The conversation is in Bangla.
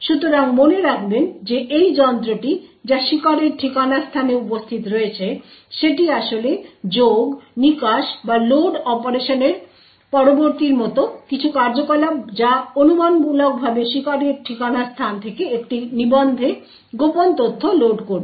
সুতরাং মনে রাখবেন যে এই যন্ত্রটি যা শিকারের ঠিকানা স্থানে উপস্থিত রয়েছে সেটি আসলে যোগ নিকাশ বা লোড অপারেশনের পরবর্তীর মতো কিছু কার্যকলাপ যা অনুমানমূলকভাবে শিকারের ঠিকানা স্থান থেকে একটি নিবন্ধে গোপন তথ্য লোড করবে